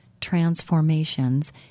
transformations